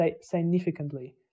significantly